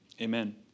amen